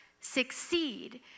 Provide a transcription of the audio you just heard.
succeed